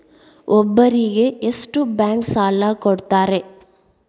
ಒಬ್ಬರಿಗೆ ಎಷ್ಟು ಬ್ಯಾಂಕ್ ಸಾಲ ಕೊಡ್ತಾರೆ?